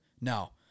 No